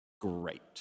great